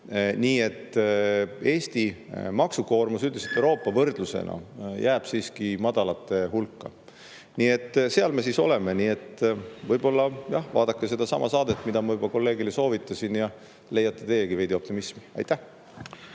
Nii et Eesti maksukoormus üldiselt Euroopa võrdlusena jääb siiski madalate hulka. Nii et seal me siis oleme. Võib-olla, jah, vaadake sedasama saadet, mida ma juba kolleegile soovitasin, ja leiate teiegi veidi optimismi. Suur